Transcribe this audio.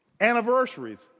Anniversaries